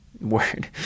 Word